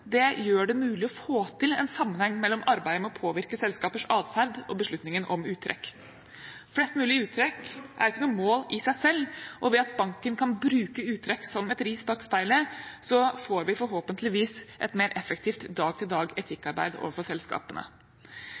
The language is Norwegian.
Det gjør det mulig å få til en sammenheng mellom arbeidet med å påvirke selskapers adferd og beslutningen om uttrekk. Flest mulig uttrekk er ikke noe mål i seg selv, og ved at banken kan bruke uttrekk som et ris bak speilet, får vi forhåpentligvis et mer effektivt